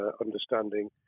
understanding